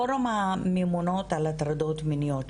פורום הממונות על הטרדות מיניות,